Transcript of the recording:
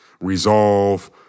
resolve